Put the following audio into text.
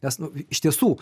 nes nu iš tiesų